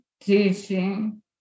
teaching